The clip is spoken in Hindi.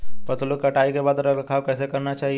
फसलों की कटाई के बाद रख रखाव कैसे करना चाहिये?